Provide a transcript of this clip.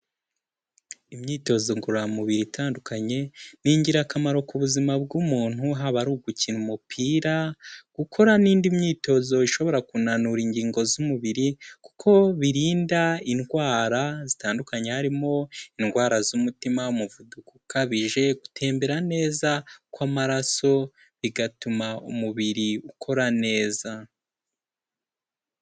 Imyitozo ngororamubiri itandukanye ni ingirakamaro ku buzima bw'umuntu, haba ari ugukina umupira, gukora n'indi myitozo ishobora kunanura ingingo z'umubiri, kuko birinda indwara zitandukanye, harimo indwara z'umutima, umuvuduko ukabije gutembera neza kw'amaraso bigatuma umubiri ukora neza.